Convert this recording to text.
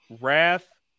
wrath